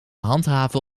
handhaven